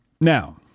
Now